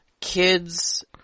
kids